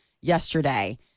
yesterday